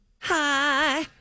Hi